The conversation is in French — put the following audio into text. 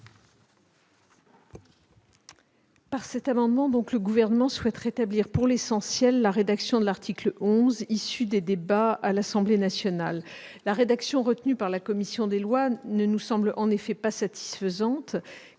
Par cet amendement, le Gouvernement souhaite rétablir, pour l'essentiel, l'article 11 tel qu'il est issu des débats à l'Assemblée nationale. La rédaction retenue par la commission des lois ne nous semble en effet pas satisfaisante,